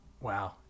Wow